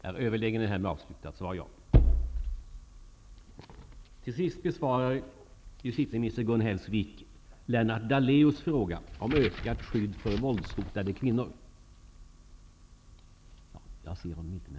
Nu påbörjas verksamhet med livvakter till särskilt hotade kvinnor. Avser regeringen att också pröva möjligheten att punktbevaka de aktuella våldsverkarna?